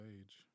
age